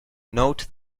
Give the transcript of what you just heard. note